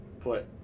put